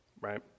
right